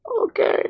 Okay